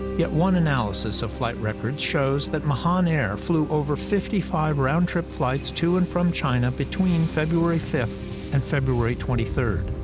yet one analysis of flight records shows that mahan air flew over fifty five round-trip flights to and from china between february five and february twenty three.